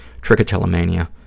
trichotillomania